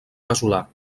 casolà